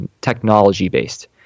technology-based